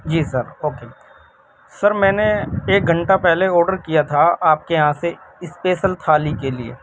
جی sir okay sir میں نے ایک گھنٹہ پہلے آڈر کیا تھا آپ کے یہاں سے اسپیشل تھالی کے لیے